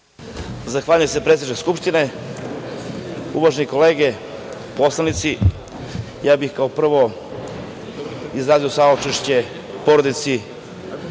Zahvaljujem se, predsedniče Skupštine. Uvažene kolege poslanici, ja bih, kao prvo, izrazio saučešće porodici